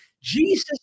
Jesus